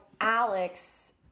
Alex